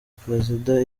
perezida